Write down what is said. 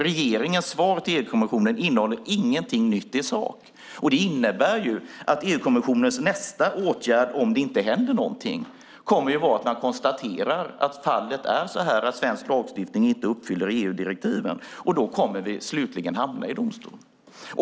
Regeringens svar till EU-kommissionen innehåller ingenting nytt i sak. Det innebär att EU-kommissionens nästa åtgärd, om ingenting händer, kommer att vara att man konstaterar att fallet är sådant att svensk lagstiftning inte uppfyller EU-direktiven. Då kommer vi slutligen att hamna i domstol.